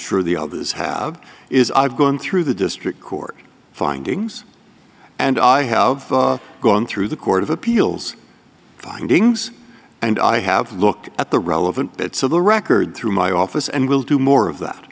sure the others have is i've gone through the district court findings and i have gone through the court of appeals findings and i have looked at the relevant bits of the record through my office and we'll do more of that